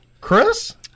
Chris